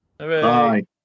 Hi